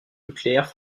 nucléaires